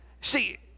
See